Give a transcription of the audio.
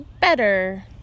Better